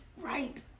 right